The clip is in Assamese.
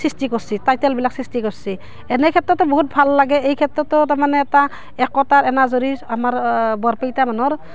সৃষ্টি কৰিছে টাইটেলবিলাক সৃষ্টি কৰিছে এনে ক্ষেত্ৰতে বহুত ভাল লাগে এইক্ষেত্ৰতো তাৰমানে এটা একতাৰ এনাজৰী আমাৰ বৰপেটীয়া মানুহৰ